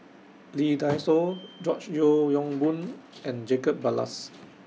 Lee Dai Soh George Yeo Yong Boon and Jacob Ballas